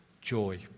joy